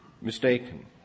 mistaken